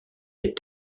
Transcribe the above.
les